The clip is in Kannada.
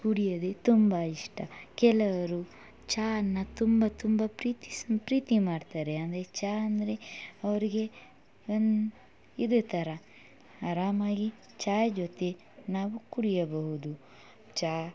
ಕುಡಿಯೋದೆ ತುಂಬ ಇಷ್ಟ ಕೆಲವರು ಚಹನ ತುಂಬ ತುಂಬ ಪ್ರೀತಿಸು ಪ್ರೀತಿ ಮಾಡ್ತಾರೆ ಅಂದರೆ ಚಹ ಅಂದರೆ ಅವರಿಗೆ ಒಂದು ಇದೇ ಥರ ಅರಾಮಾಗಿ ಚಾಯ್ ಜೊತೆ ನಾವು ಕುಡಿಯಬಹುದು ಚಹ